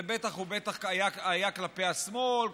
זה בטח ובטח היה כלפי השמאל,